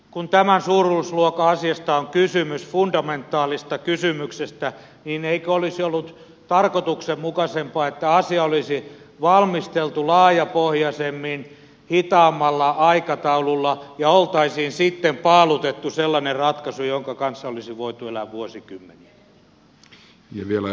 kun tämän suuruusluokan asiasta on kysymys fundamentaalisesta kysymyksestä niin eikö olisi ollut tarkoituksenmukaisempaa että asia olisi valmisteltu laajapohjaisemmin hitaammalla aikataululla ja olisi sitten paalutettu sellainen ratkaisu jonka kanssa olisi voinut elää vuosikymmeniä